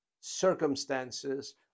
circumstances